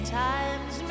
times